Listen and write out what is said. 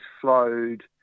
flowed